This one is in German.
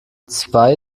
zwei